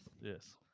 Yes